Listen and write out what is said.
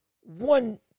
one